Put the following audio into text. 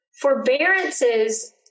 Forbearances